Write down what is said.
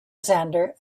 zander